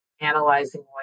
analyzing